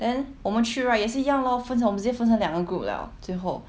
then 我们去 right 也是一样 lor 分成我们先分成两个 group liao 最后